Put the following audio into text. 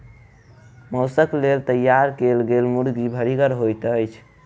मौसक लेल तैयार कयल गेल मुर्गी भरिगर होइत छै